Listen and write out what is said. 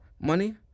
money